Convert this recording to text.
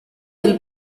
del